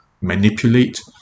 manipulate